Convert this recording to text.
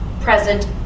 present